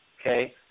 okay